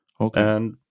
Okay